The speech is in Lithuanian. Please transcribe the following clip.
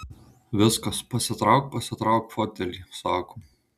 viskas pasitrauk pasitrauk fotelį sako